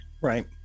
Right